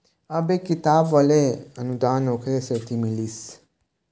अब ये किताब वाले अनुदान ओखरे सेती मिलिस